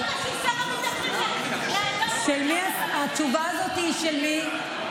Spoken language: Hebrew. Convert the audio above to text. מה קשור שר הביטחון, התשובה הזאת היא של מי?